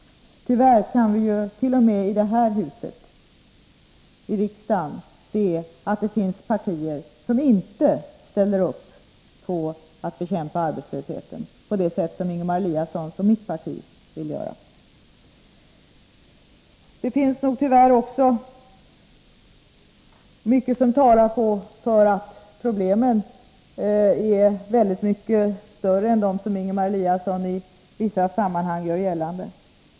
Tyvärr kan vi ju t.o.m. här i riksdagshuset se att det finns partier som inte ställer upp på att bekämpa arbetslösheten på det sätt som Ingemar Eliassons och mitt parti vill göra. Mycket talar dess värre också för att problemen är mycket större än vad Ingemar Eliasson i vissa sammanhang gör gällande.